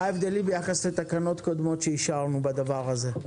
מה ההבדלים ביחס לתקנות קודמות שאישרנו בדבר הזה?